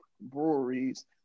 breweries